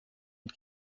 und